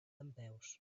dempeus